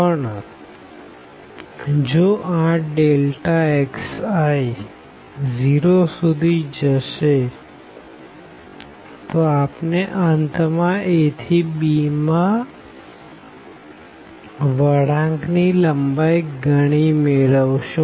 પણ જો આ xi 0 સુધી જશે તો આપણે અંત માં a થી bમાં વળાંક ની લંબાઈ ગણી મેળવશું